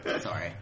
Sorry